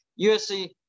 USC